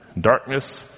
Darkness